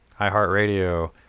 iHeartRadio